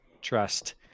trust